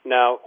Now